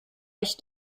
euch